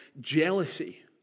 jealousy